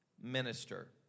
minister